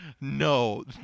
No